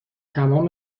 تمام